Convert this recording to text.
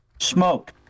Smoke